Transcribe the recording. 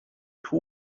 two